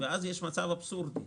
ואז יש מצב אבסורדי.